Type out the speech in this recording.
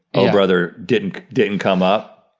o brother didn't didn't come up.